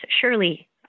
surely